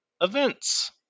Events